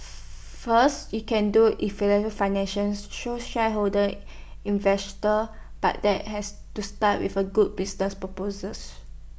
first you can do financing so shareholders investors but that has to start with A good business purposes